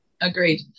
agreed